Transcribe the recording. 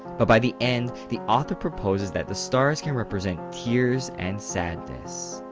but by the end, the author proposes that the stars can represent tears and sadness.